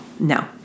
No